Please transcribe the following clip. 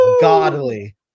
godly